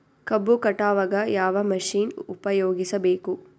ಕಬ್ಬು ಕಟಾವಗ ಯಾವ ಮಷಿನ್ ಉಪಯೋಗಿಸಬೇಕು?